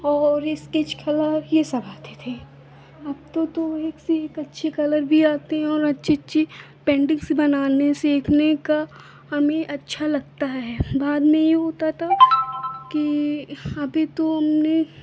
और sketch colour यह सब आते थे अब तो तो एक से एक अच्छे कलर भी आते हैं और अच्छी अच्छी पेन्टिन्ग्स बनाने सीखने का हमें अच्छा लगता है बाद में यह होता था कि अभी तो हमने